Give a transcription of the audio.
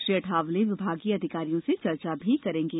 श्री अठावले विभागीय अधिकारियों से चर्चा भी करेंगे